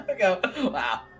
Wow